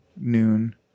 noon